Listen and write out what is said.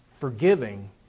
Forgiving